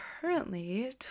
currently